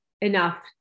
enough